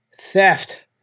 theft